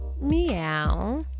meow